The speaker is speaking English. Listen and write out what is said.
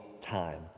time